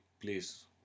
please